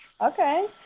Okay